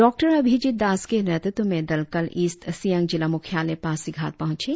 डॉ अभिजीत दास के नेतृत्व में दल कल ईस्ट सियांग जिला मुख्यालय पासीघाट पहुंचे